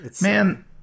Man